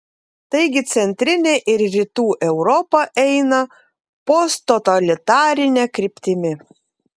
taigi centrinė ir rytų europa eina posttotalitarine kryptimi